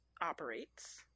operates